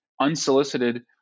unsolicited